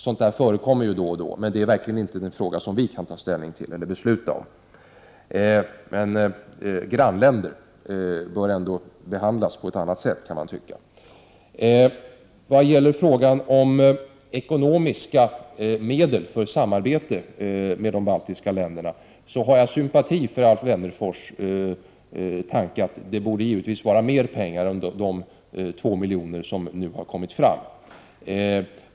Sådant förekommer ju emellanåt. Men det är verkligen inte frågor som vi här kan ta ställning till eller fatta beslut om. Man kan dock tycka att grannländer skulle behandlas på ett annat sätt. Vad gäller frågan om ekonomiska medel för samarbetet med de baltiska länderna sympatiserar jag med Alf Wennerfors tanke, nämligen att mer pengar, givetvis, än de 2 miljoner som redan har anslagits borde kunna avsättas för detta ändamål.